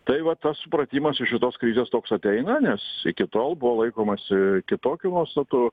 tai va tas supratimas iš šitos krizės toks ateina nes iki tol buvo laikomasi kitokių nuostatų